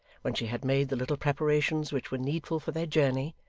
when she had made the little preparations which were needful for their journey,